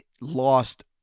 lost